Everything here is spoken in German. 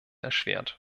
erschwert